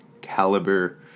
caliber